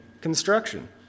construction